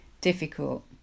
difficult